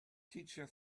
teacher